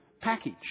package